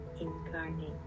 incarnate